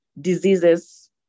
diseases